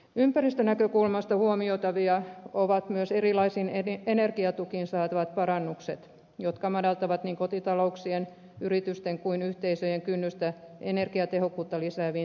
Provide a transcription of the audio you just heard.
ympäristönäkökulmasta huomioitavia ovat myös erilaisiin energiatukiin saatavat parannukset jotka madaltavat niin kotitalouksien yritysten kuin yhteisöjen kynnystä energiatehokkuutta lisääviin toimenpiteisiin